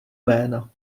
jména